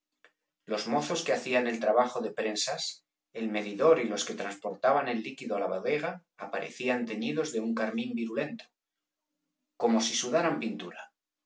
los mozos que hacían el trabajo de prensas el medidor y los que transportaban el líquido á la bodega aparecían teñidos de un carmín virulento tropiquillos como si sudaran pintura